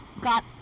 got